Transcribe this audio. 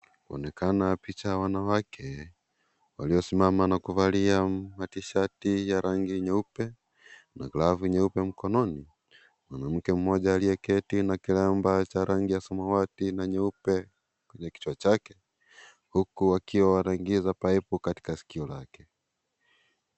Kunaonekana picha ya wanawake waliosimama na kuvalia matishati ya rangi nyeupe na glavu nyeupe mkononi, mwanamke mmoja aliyeketi na kilemba cha rangi ya samawati na nyeupe kwenye kichwa chake huku akiwa anaingiza paipu katika sikio lake.